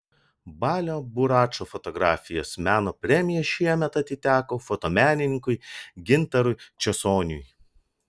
balio buračo fotografijos meno premija šiemet atiteko fotomenininkui gintarui česoniui